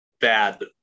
bad